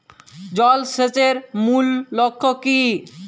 জল সেচের মূল লক্ষ্য কী?